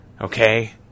Okay